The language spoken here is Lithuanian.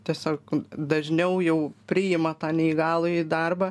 tiesiog dažniau jau priima tą neįgalųjį darbą